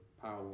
power